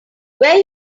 where